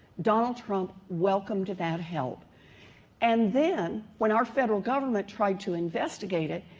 donald trump welcomed that help and then, when our federal government tried to investigate it,